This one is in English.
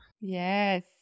Yes